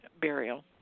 burial